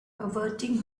averting